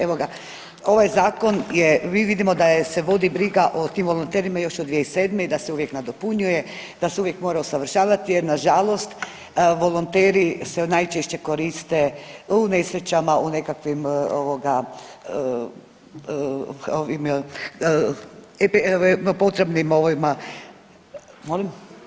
Evo ga, ovaj Zakon je, vidimo da se vodi briga o tim volonterima još od 2007. i da se uvijek nadopunjuje, da se uvijek mora usavršavati jer nažalost, volonteri se najčešće koriste u nesrećama, u nekakvim ovoga, ovim .../nerazumljivo/... potrebnim ovima, molim?